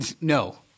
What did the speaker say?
No